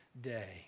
day